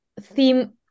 theme